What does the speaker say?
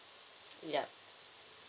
ya